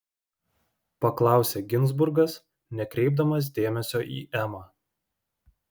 paklausė ginzburgas nekreipdamas dėmesio į emą